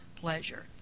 pleasure